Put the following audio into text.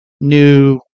new